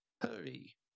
Hurry